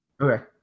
Okay